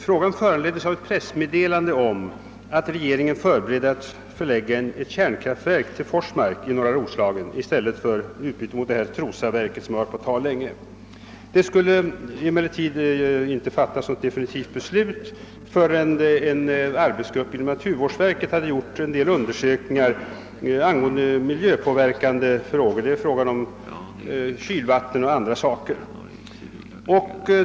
Frågan föranleddes av ett pressmeddelande om att regeringen förberedde att förlägga ett kärnkraftverk till Forsmark i norra Roslagen i utbyte mot Trosaverket som länge varit på tal. Det skulle emellertid inte fattas något definitivt beslut förrän en arbetsgrupp inom naturvårdsverket gjort vissa undersökningar angående miljöpåverkande faktorer, kylvatten och andra saker.